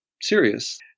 serious